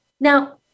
Now